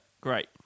Great